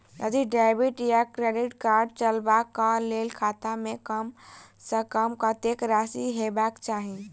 यदि डेबिट वा credit card चलबाक कऽ लेल खाता मे कम सऽ कम कत्तेक राशि हेबाक चाहि?